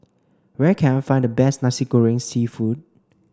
where can I find the best Nasi Goreng Seafood